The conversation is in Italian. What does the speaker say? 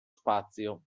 spazio